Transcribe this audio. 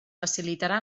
facilitarà